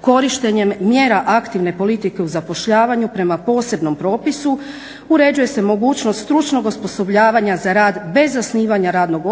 korištenjem mjera aktivne politike u zapošljavanju prema posebnom propisu uređuje se mogućnost stručnog osposobljavanja za rad bez zasnivanja radnog